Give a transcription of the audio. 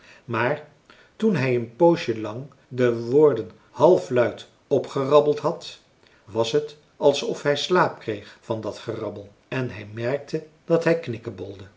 maar toen hij een poosje lang de woorden halfluid opgerabbeld had was het alsof hij slaap kreeg van dat gerabbel en hij merkte dat hij